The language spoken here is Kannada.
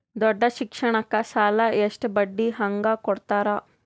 ದೊಡ್ಡ ಶಿಕ್ಷಣಕ್ಕ ಸಾಲ ಎಷ್ಟ ಬಡ್ಡಿ ಹಂಗ ಕೊಡ್ತಾರ?